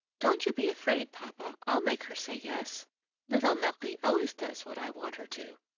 don't you be afraid, papa, i'll make her say yes little marie always does what i want her to.